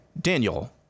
Daniel